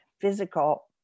physical